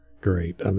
Great